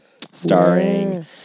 starring